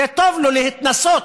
טוב לו להתנסות